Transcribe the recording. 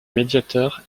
médiateur